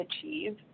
Achieve